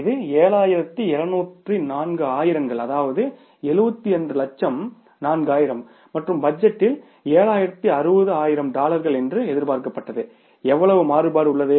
இது 7204 ஆயிரங்கள் அதாவது 72 லட்சம் நான்காயிரம் மற்றும் பட்ஜெட்டில் 7060 ஆயிரம் டாலர்கள் என்று எதிர்பார்க்கப்பட்டது எவ்வளவு மாறுபாடு உள்ளது